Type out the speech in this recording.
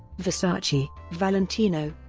versace, valentino,